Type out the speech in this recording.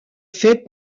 fait